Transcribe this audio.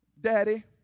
Daddy